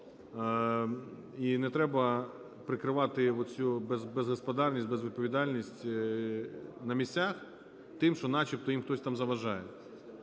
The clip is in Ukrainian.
І не треба прикривати оцю безгосподарність, безвідповідальність на місцях тим, що начебто їм хтось там заважає.